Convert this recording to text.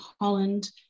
Holland